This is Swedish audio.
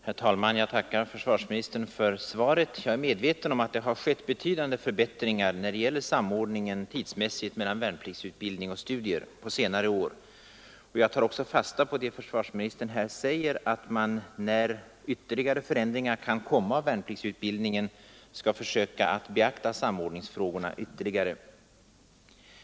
Herr talman! Jag tackar försvarsministern för svaret. Jag är medveten om att det skett betydande förbättringar på senare år när det gäller samordningen tidsmässigt mellan värnpliktsutbildning och studier. Jag tar också fasta på att man, som herr försvarsministern säger, när ytterligare förändringar av värnpliktsutbildningen kan komma skall försöka beakta samordningsfrågorna ytterligare.